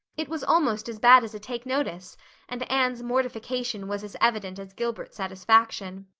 it was almost as bad as a take-notice and anne's mortification was as evident as gilbert's satisfaction.